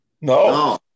No